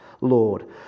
Lord